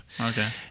Okay